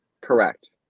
Correct